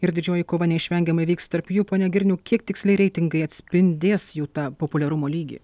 ir didžioji kova neišvengiamai vyks tarp jų pone girniau kiek tiksliai reitingai atspindės jų tą populiarumo lygį